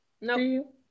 No